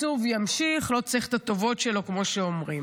התקצוב ימשיך, לא צריך את הטובות שלו כמו שאומרים.